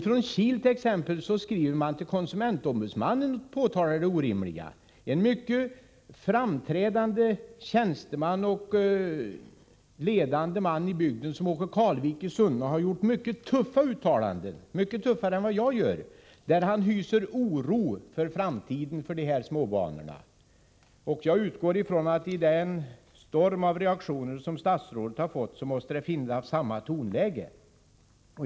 Från t.ex. Kil skriver man till konsumentombudsmannen och påtalar det orimliga. En mycket framträdande tjänsteman och ledande man i bygden, Åke Carlvik i Sunne, har gjort mycket tuffa uttalanden — betydligt tuffare än jag gör — där det framgår att han hyser oro för dessa småbanor inför framtiden. Jag utgår ifrån att det är samma tonläge i den storm av reaktioner som statsrådet har fått.